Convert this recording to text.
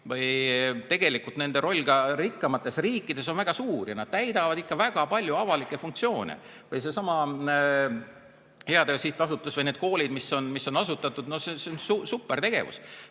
– tegelikult nende roll on ka rikkamates riikides väga suur ja nad täidavad väga palju avalikke funktsioone. Seesama Heateo Sihtasutus või need koolid, mis on asutatud – no see on supertegevus.